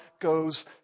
goes